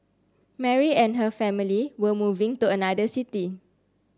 Mary and her family were moving to another city